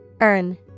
Earn